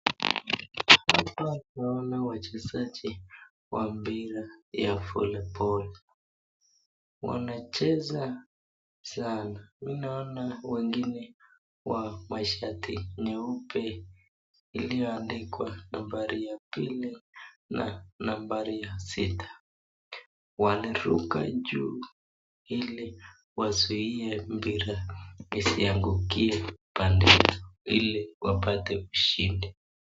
Huku naona wachezaji wa mpira ya voliboli wanacheza sana mi naona wengine wa mashati nyeupe iliyoandikwa nambari ya pili na nambari ya sita, waliruka juu ili wazuie mpira isiangukie pande hili ili wapate ushindi.